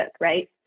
right